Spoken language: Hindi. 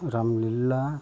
रामलीला